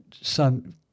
son